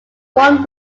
one